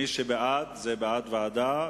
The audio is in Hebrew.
מי שבעד, זה בעד ועדה,